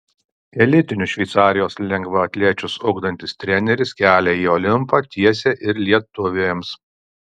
elitinius šveicarijos lengvaatlečius ugdantis treneris kelią į olimpą tiesia ir lietuvėms